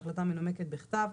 בהחלטה מנומקת בכתב,